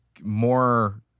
more